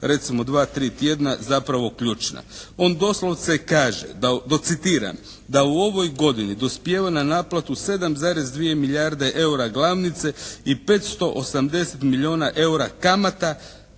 dva, tri tjedna zapravo ključna. On doslovce kaže, citiram: … "da u ovoj godini dospijeva na naplatu 7,2 milijarde eura glavnice i 580 milijuna eura kamata